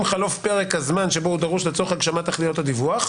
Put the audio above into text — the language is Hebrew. חלוף פרק הזמן שבו הוא דרוש לצורך הגשמת תכליות הדיווח,